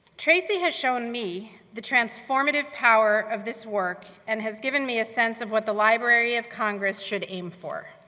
tracy has shown me the transformative power of this work, and has given me a sense of what the library of congress should aim for.